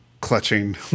clutching